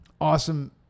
Awesome